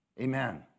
amen